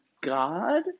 God